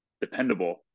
dependable